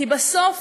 כי בסוף,